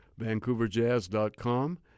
vancouverjazz.com